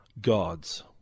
gods